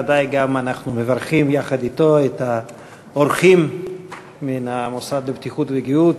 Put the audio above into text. ודאי גם אנחנו מברכים יחד אתו את האורחים מן המוסד לבטיחות ולגהות,